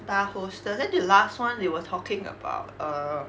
bar hostess then the last [one] we were talking about err